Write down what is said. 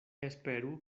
esperu